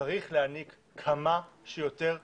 צריך להעניק כמה שיותר סמכויות.